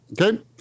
Okay